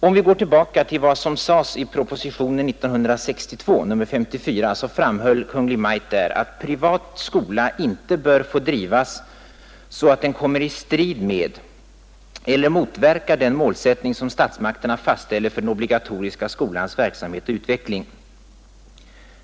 Om vi går tillbaka till vad som sades i propositionen 54 år 1962, finner vi att Kungl. Maj:t där framhöll att en ”privat skola inte bör få drivas så att den kommer i strid med eller motverkar den målsättning som statsmakterna fastställer för den obligatoriska skolans verksamhet och utveckling”.